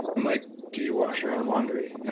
i'm like, do you wash your own laundry, and